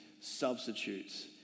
substitutes